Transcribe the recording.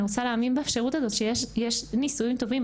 אני רוצה להאמין באפשרות הזאת שיש נישואים טובים.